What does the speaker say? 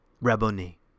Rabboni